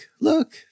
look